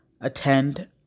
attend